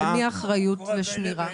על מי האחריות לשמירה?